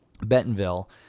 Bentonville